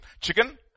chicken